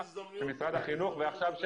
וזה נושא חשוב עכשיו,